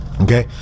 Okay